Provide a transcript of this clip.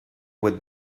would